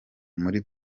muri